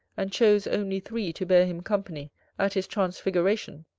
and chose only three to bear him company at his transfiguration,